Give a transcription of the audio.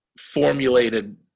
formulated